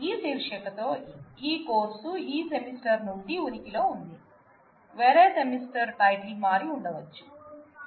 ఈ శీర్షికతో ఈ కోర్సు ఈ సెమిస్టర్ నుండి ఉనికిలో ఉంది వేరే సెమిస్టర్ టైటిల్ మారి ఉండవచ్చు